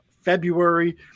february